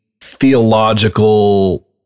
theological